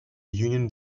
union